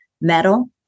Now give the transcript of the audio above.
metal